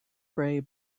grey